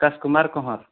Akash Kumar Kanhar